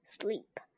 sleep